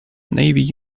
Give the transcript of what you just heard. navy